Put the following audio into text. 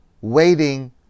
waiting